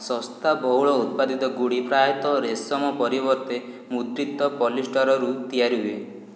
ଶସ୍ତା ବହୁଳ ଉତ୍ପାଦିତ ଗୁଡ଼ି ପ୍ରାୟତଃ ରେଶମ ପରିବର୍ତ୍ତେ ମୁଦ୍ରିତ ପଲିଷ୍ଟରରୁ ତିଆରି ହୁଏ